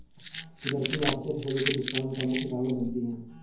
कुदरती आफतें फसलों के नुकसान का मुख्य कारण बनती है